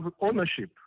ownership